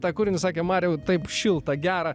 tą kūrinį sakė mariau taip šilta gera